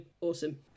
awesome